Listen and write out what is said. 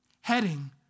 heading